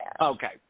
Okay